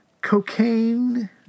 cocaine